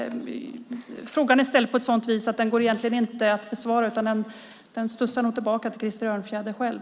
Frågan är ställd på ett sådant sätt att den egentligen inte går att besvara, utan den studsar nog tillbaka till Krister Örnfjäder själv.